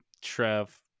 Trev